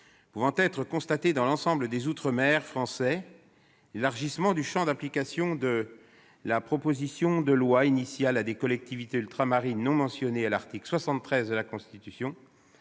pouvant être constatées dans l'ensemble des outre-mer français, l'élargissement du champ d'application de la proposition de loi initiale à des collectivités ultramarines non mentionnées à l'article 73 de la Constitution